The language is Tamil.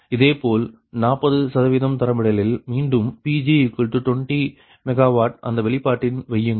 இதேபோல 40 தரமிடலில் மீண்டும் Pg20 MW அந்த வெளிப்பாட்டின் வையுங்கள்